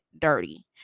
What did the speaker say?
dirty